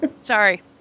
Sorry